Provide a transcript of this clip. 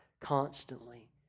constantly